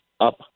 up